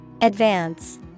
Advance